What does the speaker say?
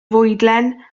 fwydlen